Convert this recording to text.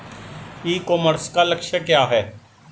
ई commerce का लक्ष्य क्या है?